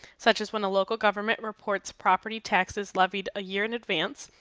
such as when a local government reports property taxes levied a year in advance.